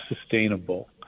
sustainable